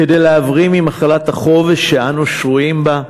כדי להבריא ממחלת החוב שאנו שרויים בה,